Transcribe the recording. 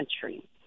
country